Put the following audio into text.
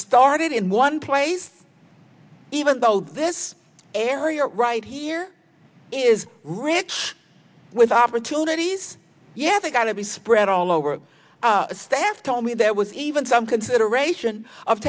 started in one place even though this area right here is rich with opportunities yeah they've got to be spread all over staff told me there was even some consideration of